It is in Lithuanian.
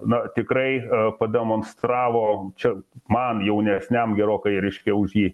na tikrai pademonstravo čia man jaunesniam gerokai reiškia už jį